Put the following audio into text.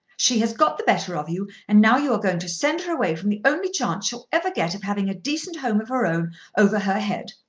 she has got the better of you, and now you are going to send her away from the only chance she'll ever get of having a decent home of her own over her head.